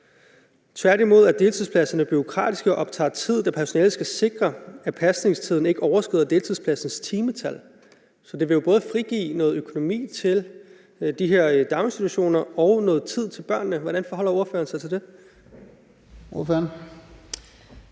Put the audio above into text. »Tværtimod er deltidspladser bureaukratiske og optager tid, da personalet skal sikre, at pasningstilbud ikke overskrider deltidspladser timetal.« Så det vil jo både frigive noget økonomi til de her daginstitutioner og noget tid til børnene. Hvordan forholder ordføreren sig til det?